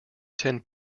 ten